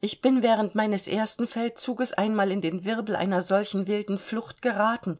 ich bin während meines ersten feldzuges einmal in den wirbel einer solchen wilden flucht geraten